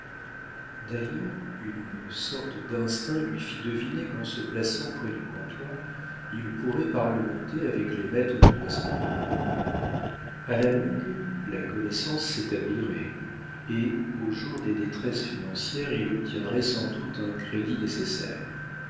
d'ailleurs une sorte d'instinct lui fit deviner qu'en se plaçant près du comptoir il pourrait parlementer avec les maîtres du restaurant a la longue la connaissance s'établirait et au jour des détresses financières il obtiendrait sans doute un crédit nécessaire